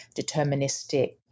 deterministic